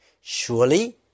Surely